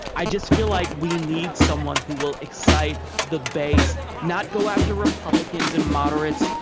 i just feel like we need someone who will excite the base, not go after republicans and moderates.